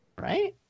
Right